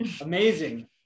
amazing